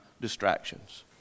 distractions